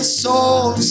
soul